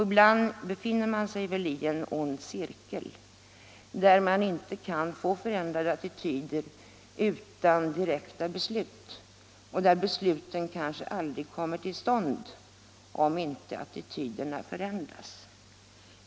Ibland befinner man sig i en ond cirkel där man inte kan få förändrade attityder utan direkta beslut och där besluten kanske aldrig kommer till stånd om inte attityderna förändras.